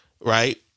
right